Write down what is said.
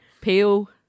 Peel